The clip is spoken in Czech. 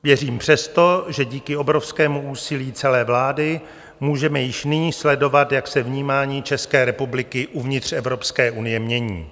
Věřím přesto, že díky obrovskému úsilí celé vlády můžeme již nyní sledovat, jak se vnímání České republiky uvnitř Evropské unie mění.